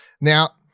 Now